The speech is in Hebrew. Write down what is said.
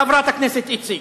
חברת הכנסת איציק.